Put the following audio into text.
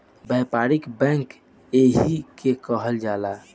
व्यापारिक बैंक एही के कहल जाला